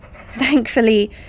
thankfully